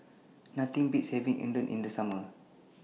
Nothing Beats having Udon in The Summer